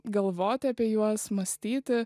galvoti apie juos mąstyti